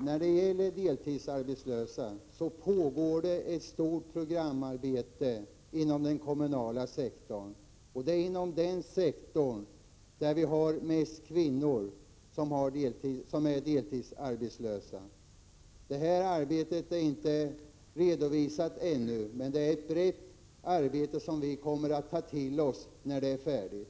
När det gäller deltidsarbetslösa pågår ett stort programarbete inom den kommunala sektorn, och det är inom den sektorn vi har mest kvinnor som är deltidsarbetslösa. Detta arbete är inte redovisat ännu, men det är ett brett arbete, som vi kommer att ta till oss när det är färdigt.